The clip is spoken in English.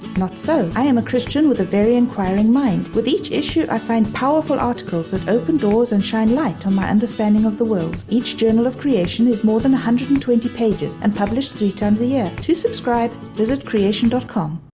not so. i am a christian with a very enquiring mind, with each issue i find powerful articles that open doors and shine light on my understanding of the world. each journal of creation is more than one hundred and twenty pages and published three times a year. to subscribe visit creation dot com